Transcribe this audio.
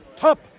Top